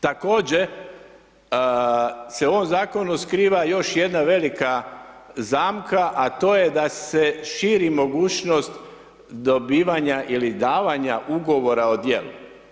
Također se u ovom Zakonu skriva još jedna velika zamka, a to je da se širi mogućnost dobivanja ili davanja Ugovora o djelu.